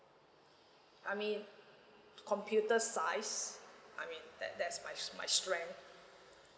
I mean computer science I mean that that's my my strength